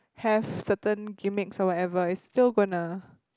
have certain gimmicks or whatever it's still gonna